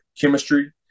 chemistry